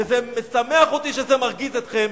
וזה משמח אותי שזה מרגיז אתכם,